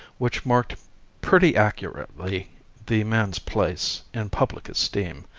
which marked pretty accurately the man's place in public esteem.